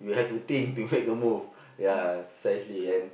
you have to think to make a move yeah precisely and